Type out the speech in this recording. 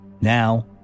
Now